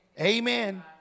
Amen